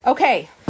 Okay